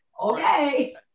okay